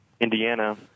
Indiana